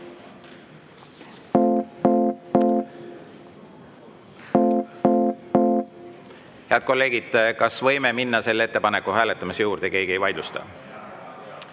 Head kolleegid, kas võime minna selle ettepaneku hääletamise juurde? Keegi ei vaidlusta? Head